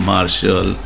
Marshall